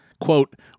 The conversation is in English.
quote